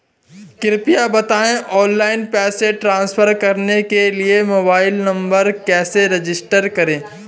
कृपया बताएं ऑनलाइन पैसे ट्रांसफर करने के लिए मोबाइल नंबर कैसे रजिस्टर करें?